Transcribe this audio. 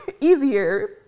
easier